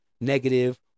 negative